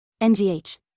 NGH